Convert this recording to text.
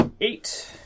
eight